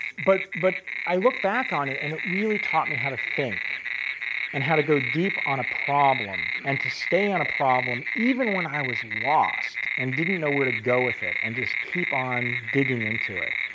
but but i look back on it and it really taught me how to think and how to go deep on a problem and to stay on a problem even when i was lost and didn't know where to go with it and just keep on digging into it.